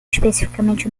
especificamente